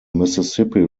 mississippi